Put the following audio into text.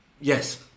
Yes